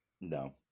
No